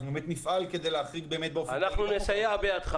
שאנחנו באמת נפעל כדי להחריג באמת באופן כללי --- אנחנו נסייע בידך